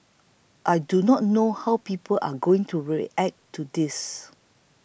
I do not know how people are going to react to this